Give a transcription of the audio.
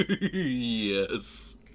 Yes